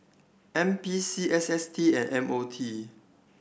N P C S S T and M O T